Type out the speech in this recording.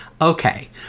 Okay